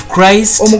Christ